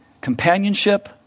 companionship